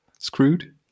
screwed